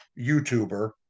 YouTuber